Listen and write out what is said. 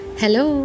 Hello